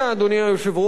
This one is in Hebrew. אדוני היושב-ראש,